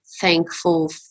thankful